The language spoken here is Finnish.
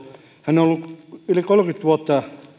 hän on ollut yli kolmekymmentä vuotta